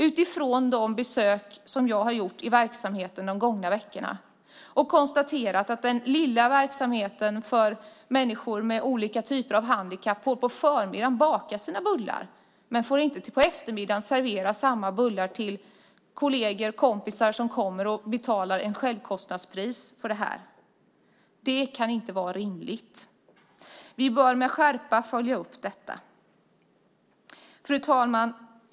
Vid de besök som jag har gjort i verksamheten de gångna veckorna har jag konstaterat att i den lilla verksamheten för människor med olika typer av handikapp får man baka sina bullar på förmiddagen men man får inte på eftermiddagen servera de bullarna till kolleger och kompisar som kommer och betalar ett självkostnadspris för dem. Det kan inte vara rimligt. Vi bör med skärpa följa upp detta. Fru talman!